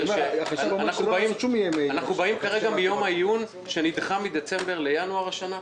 שאנחנו באים כרגע מיום העיון שנדחה מדצמבר לינואר השנה.